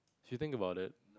she think about it